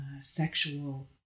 sexual